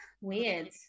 weird